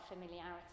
familiarity